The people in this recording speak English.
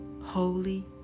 holy